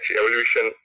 evolution